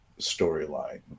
storyline